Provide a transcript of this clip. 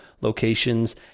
locations